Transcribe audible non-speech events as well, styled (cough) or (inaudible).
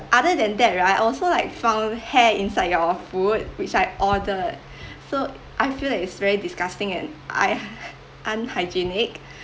other than right I also like found hair inside your food which I ordered so I feel like it's very disgusting and I (noise) unhygienic